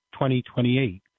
2028